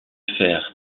fer